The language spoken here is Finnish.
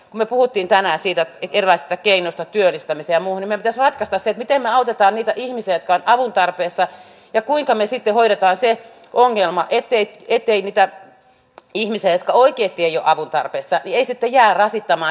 useaan kertaan tänään siitä millaista keinoista työllistä lisää muna ja testasi miten autetaan niitä ihmisiäkään avun tarpeessa ja kuinka me sitten hoidetaan se ongelma ettei ettei mitään ihmisen oikeesti avun tarpeessa vie sitä jää rasittamaan